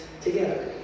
together